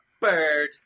bird